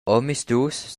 omisdus